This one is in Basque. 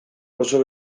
oso